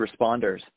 responders